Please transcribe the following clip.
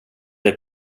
dig